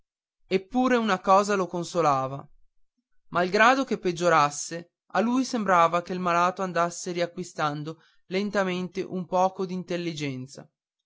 eppure una cosa lo consolava malgrado che peggiorasse a lui sembrava che il malato andasse riacquistando lentamente un poco d'intelligenza